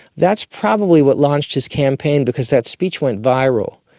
that's probably what launched his campaign because that speech went viral,